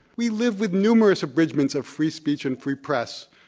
we live with numerous abridgments of free speech and free press,